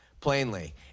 plainly